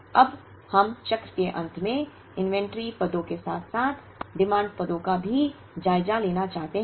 अब अब हम चक्र के अंत में इन्वेंट्री पदों के साथ साथ मांग पदों का भी जायजा लेना चाहते हैं